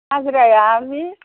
हाजिराया बे